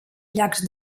llacs